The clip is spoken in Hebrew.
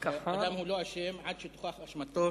אדם הוא לא אשם עד שתוכח אשמתו,